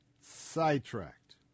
sidetracked